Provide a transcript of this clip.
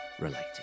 related